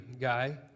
guy